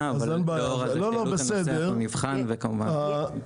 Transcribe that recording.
אבל לאור העלאת הנושא אנחנו נבחן וכמובן נענה.